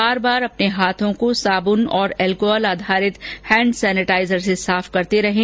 बार बार अपने हाथों को साबुन और एल्कोहल आधारित हैंड सैनेटाइजर से साफ करते रहें